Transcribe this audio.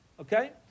Okay